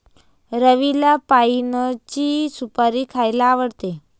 रवीला पाइनची सुपारी खायला आवडते